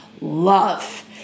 love